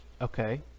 Okay